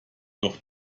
doch